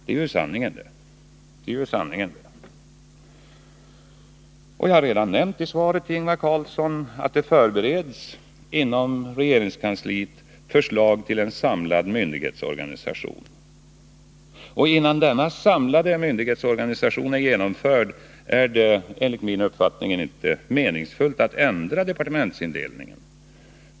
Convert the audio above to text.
Det är sanningen. Jag har redan i mitt svar till Ingvar Carlsson nämnt att det inom regeringskansliet förbereds förslag till en samlad myndighetsorganisation. Innan denna är genomförd är det enligt min uppfattning inte meningsfullt att ändra departementsindelningen.